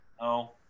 No